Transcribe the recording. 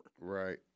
Right